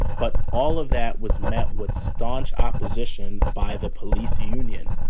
but all of that was met with staunch opposition by the police union.